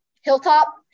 Hilltop